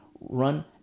run